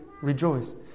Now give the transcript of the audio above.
rejoice